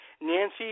Nancy